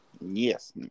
Yes